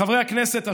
חברי הכנסת,